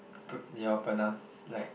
your pronounce like